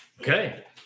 Okay